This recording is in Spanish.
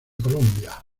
colombia